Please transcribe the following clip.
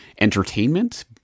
entertainment